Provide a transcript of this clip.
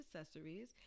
accessories